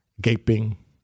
gaping